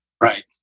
right